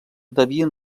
devien